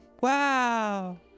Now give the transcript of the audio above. Wow